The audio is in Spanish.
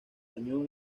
dañó